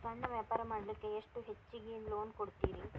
ಸಣ್ಣ ವ್ಯಾಪಾರ ಮಾಡ್ಲಿಕ್ಕೆ ಎಷ್ಟು ಹೆಚ್ಚಿಗಿ ಲೋನ್ ಕೊಡುತ್ತೇರಿ?